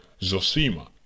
Zosima